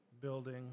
building